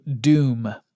Doom